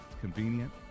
convenient